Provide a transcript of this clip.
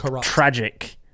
tragic